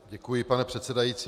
Děkuji, pane předsedající.